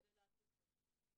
כדי להציל חיים.